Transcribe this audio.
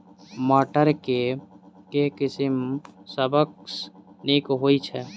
मटर केँ के किसिम सबसँ नीक होइ छै?